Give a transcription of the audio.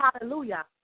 Hallelujah